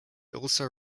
also